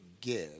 give